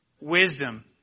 wisdom